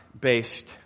based